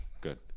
Good